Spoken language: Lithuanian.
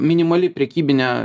minimali prekybinė